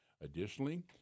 Additionally